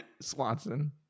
Swanson